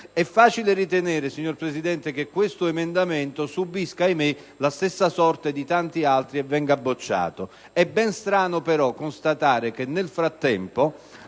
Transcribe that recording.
È facile ritenere, signor Presidente, che questo emendamento subisca, ahimè, la stessa sorte di tanti altri e che venga bocciato. È ben strano constatare che nel frattempo,